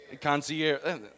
Concierge